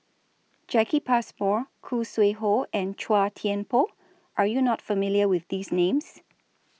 Jacki Passmore Khoo Sui Hoe and Chua Thian Poh Are YOU not familiar with These Names